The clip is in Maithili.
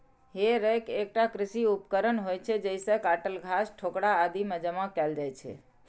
हे रैक एकटा कृषि उपकरण होइ छै, जइसे काटल घास, ठोकरा आदि कें जमा कैल जाइ छै